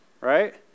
right